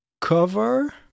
cover